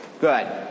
Good